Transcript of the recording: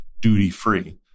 duty-free